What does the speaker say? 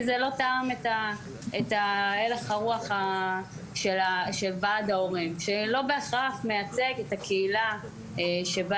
כי זה לא תאם את הלך הרוח של ועד ההורים שלא בהכרח מייצג את הקהילה שבה